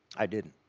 i didn't,